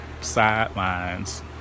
sidelines